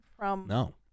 No